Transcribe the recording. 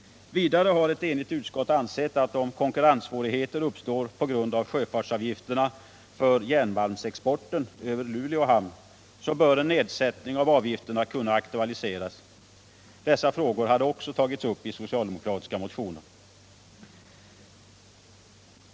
Vidare har ett enigt utskott ansett att om konkurrenssvårigheter uppstår på grund av sjöfartsavgifterna för järnmalmsexporten över Luleå hamn bör en nedsättning av avgifterna kunna aktualiseras. Dessa frågor hade också tagits upp i socialdemokratiska motioner.